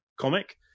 comic